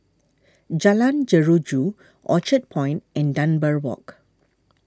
Jalan Jeruju Orchard Point and Dunbar Walk